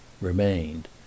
remained